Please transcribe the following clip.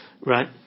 Right